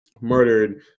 murdered